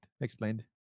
Explained